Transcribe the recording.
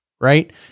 Right